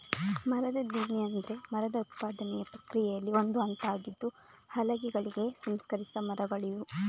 ಮರದ ದಿಮ್ಮಿ ಅಂದ್ರೆ ಮರದ ಉತ್ಪಾದನೆಯ ಪ್ರಕ್ರಿಯೆಯಲ್ಲಿ ಒಂದು ಹಂತ ಆಗಿದ್ದು ಹಲಗೆಗಳಾಗಿ ಸಂಸ್ಕರಿಸಿದ ಮರಗಳಿವು